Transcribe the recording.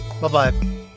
Bye-bye